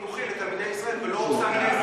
לייעוץ פסיכולוגי-חינוכי לתלמידי ישראל ולא עושה נזק?